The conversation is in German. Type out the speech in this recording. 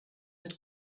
mit